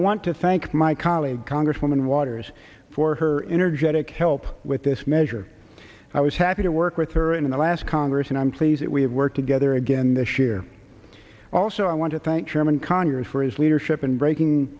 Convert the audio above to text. i want to thank my colleague congresswoman waters for her energetic help with this measure i was happy to work with her in the last congress and i'm pleased that we have work together again this year also i want to thank chairman conyers for his leadership in breaking